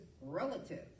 relative